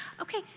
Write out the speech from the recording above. okay